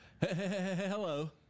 Hello